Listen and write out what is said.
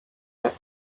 are